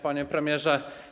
Panie Premierze!